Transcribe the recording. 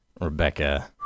Rebecca